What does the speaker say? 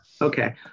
Okay